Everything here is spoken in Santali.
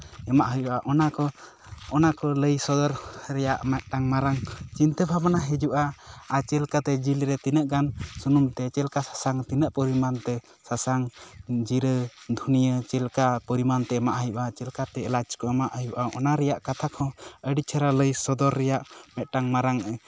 ᱮᱢᱟᱜ ᱦᱩᱭᱩᱜᱼᱚᱱᱟ ᱠᱚ ᱚᱱᱟ ᱠᱚ ᱞᱟᱹᱭ ᱥᱚᱫᱚᱨ ᱨᱮᱭᱟᱜ ᱢᱤᱫᱴᱟᱝ ᱢᱟᱨᱟᱝ ᱪᱤᱱᱛᱟᱹ ᱵᱷᱟᱵᱽᱱᱟ ᱦᱤᱡᱩᱜᱼᱟ ᱟᱨ ᱪᱮᱫ ᱞᱮᱠᱟᱛᱮ ᱡᱤᱞᱨᱮ ᱛᱤᱱᱟᱹᱜ ᱜᱟᱱ ᱥᱩᱱᱩᱢ ᱛᱮ ᱪᱮᱫ ᱞᱮᱠᱟ ᱥᱟᱥᱟᱝ ᱛᱮ ᱛᱤᱱᱟᱹᱜ ᱯᱚᱨᱤᱢᱟᱱᱛᱮ ᱥᱟᱥᱟᱝ ᱡᱤᱨᱟᱹ ᱫᱷᱩᱱᱭᱟᱹ ᱪᱮᱫ ᱞᱮᱠᱟ ᱯᱚᱨᱤᱢᱟᱱ ᱛᱮ ᱮᱢᱟᱜ ᱦᱩᱭᱩᱜᱼᱟ ᱪᱮᱫ ᱞᱮᱠᱟᱛᱮ ᱮᱞᱟᱪ ᱮᱢᱟᱜ ᱦᱩᱭᱩᱜᱼᱟ ᱚᱱᱟ ᱨᱮᱭᱟᱜ ᱠᱟᱛᱷᱟ ᱠᱚ ᱟᱹᱰᱤ ᱪᱮᱦᱨᱟ ᱞᱟᱹᱭ ᱥᱚᱫᱚᱨ ᱨᱮᱱᱟᱜ ᱢᱤᱫᱴᱟᱝ ᱢᱟᱨᱟᱝ